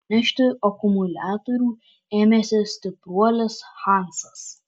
nešti akumuliatorių ėmėsi stipruolis hansas